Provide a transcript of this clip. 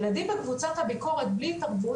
ילדים בקבוצת הביקורת בלי התערבות,